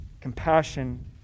compassion